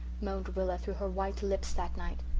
moaned rilla through her white lips, that night.